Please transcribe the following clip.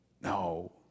No